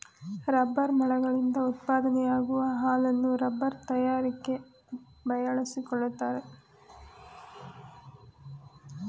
rubber ಮರಗಳಿಂದ ಉತ್ಪಾದನೆಯಾಗುವ ಹಾಲನ್ನು ರಬ್ಬರ್ ತಯಾರಿಕೆ ಬಳಸಿಕೊಳ್ಳುತ್ತಾರೆ